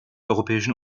europäischen